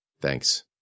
Thanks